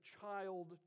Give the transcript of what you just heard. child